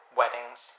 weddings